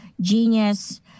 Genius